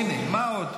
הינה, מה עוד?